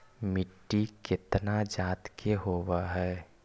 मिट्टी कितना जात के होब हय?